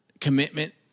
commitment